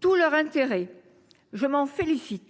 tout leur intérêt. Je m’en réjouis.